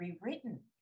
rewritten